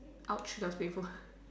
!ouch! your safer